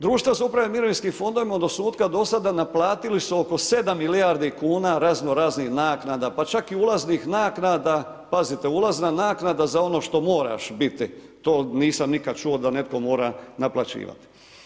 Društva za upravljanje mirovinskim fondovima od osnutka do sada naplatili su oko 7 milijardi kuna raznoraznih naknada pa čak i ulaznih naknada, pazite, ulazna naknada za ono što moraš biti, to nisam nikad čuo da netko mora naplaćivati.